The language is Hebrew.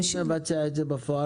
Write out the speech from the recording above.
מי מבצע את זה בפועל?